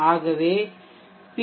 ஆகவே பி